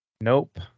Nope